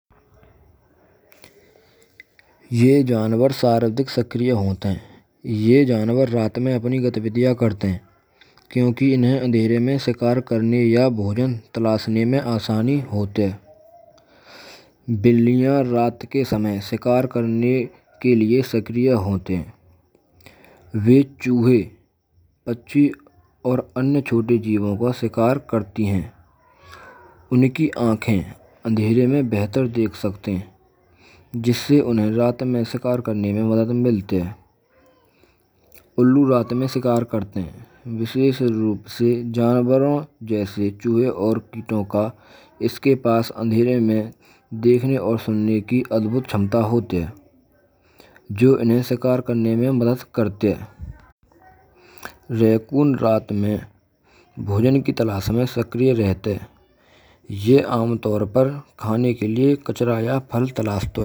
Yeh janavar saardik sakriya hoat hain. Yaah janavar raat mein apanee gatividhiyaan karate hain. Kyonki inhen andhere mein shikaar karana ya bhojan talaashane mein aasaani hoat hay. Billiyaan raat ke samay shikaar karane ke lie sakriya hoat hain. Ve choohe, panchi aur any chhote jeevon ka shikaar karatee hain. Unanki aankhen andhere mein bahatar dekh sakate hain. Jisse unhe raat mein shikaar karane mein madad milatee hai. Ulloo raat mein shikaar karate hain. Vishesh roop se jaanavar jaise choohe aur kiton ka. Isake paas andhere mein dekhen aur sunnan kee adbhut ksamta hoat hay. Jo inhen sikaar karne mein madad karate hay. Rekun raat mai bhojan ki talash mai sakriya rehet hay. Yeh amtaur pr khane ke liye kchu kachra ya fal trasto hay.